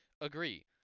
Agree